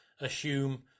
assume